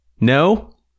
No